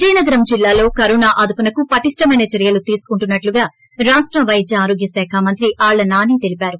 విజయనగరం జిల్లాలో కరోనా అదుపునకు పటిష్టమైన చర్యలు తీసుకున్తునట్లుగా రాష్ట వైద్య ఆరోగ్య శాఖ మంత్రి అళ్ల నాని తెలిపారు